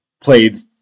played